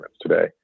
today